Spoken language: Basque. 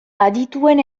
adituen